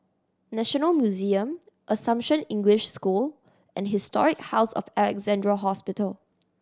National Museum Assumption English School and Historic House of Alexandra Hospital